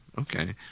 Okay